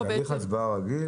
זה הליך הצבעה רגיל?